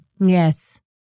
yes